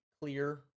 clear